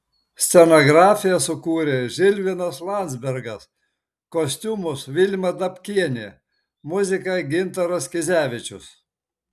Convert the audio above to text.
scenografiją sukūrė žilvinas landzbergas kostiumus vilma dabkienė muziką gintaras kizevičius